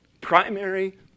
primary